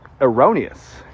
erroneous